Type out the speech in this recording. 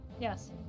Yes